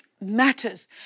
matters